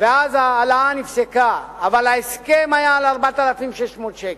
ואז ההעלאה נפסקה, אבל ההסכם היה על 4,600 שקל.